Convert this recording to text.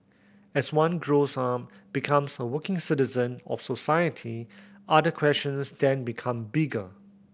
as one grows up becomes a working citizen of society other questions then become bigger